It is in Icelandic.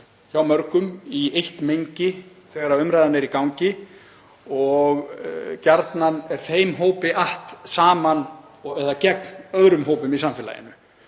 hjá mörgum í eitt mengi þegar umræðan er í gangi og gjarnan er þeim hópi att saman eða gegn öðrum hópum í samfélaginu.